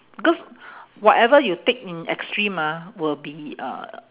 because whatever you take in extreme ah will be uh